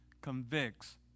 convicts